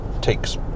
takes